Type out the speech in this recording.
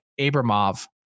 Abramov